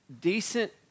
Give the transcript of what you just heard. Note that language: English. decent